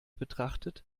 betrachtet